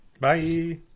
Bye